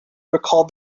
recalled